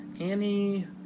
annie